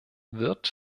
wird